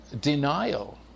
denial